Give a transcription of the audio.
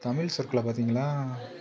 தமிழ் சொற்களில் பார்த்தீங்களா